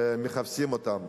ומכבסים אותם.